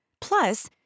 Plus